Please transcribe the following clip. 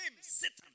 Satan